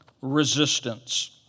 resistance